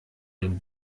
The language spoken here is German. dem